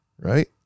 right